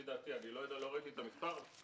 לא ראיתי את המספר,